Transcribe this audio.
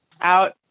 out